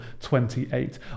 28